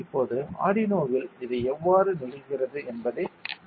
இப்போது ஆர்டினோவில் இது எவ்வாறு நிகழ்கிறது என்பதைக் காண்பிப்போம்